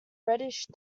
reddish